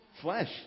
flesh